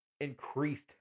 increased